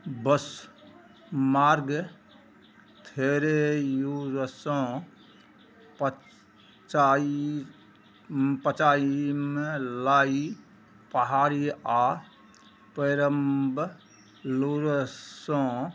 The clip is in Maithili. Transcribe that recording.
बस मार्ग थेरैयुरसँ पचाई पचाई मलाई पहाड़ी आ पेरम्ब लूरसँ